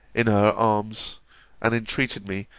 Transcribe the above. in her arms and entreated me,